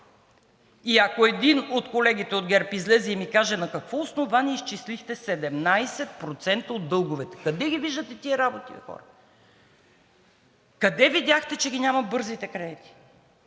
И ако един от колегите от ГЕРБ излезе и ми каже на какво основание изчислихте 17% от дълговете? Къде ги виждате тези работи бе, хора? Къде видяхте, че ги няма бързите кредити?